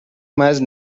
مرز